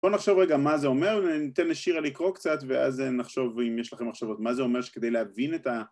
בואו נחשוב רגע מה זה אומר, ניתן לשירה לקרוא קצת ואז נחשוב אם יש לכם מחשבות מה זה אומר שכדי להבין את ה...